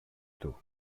του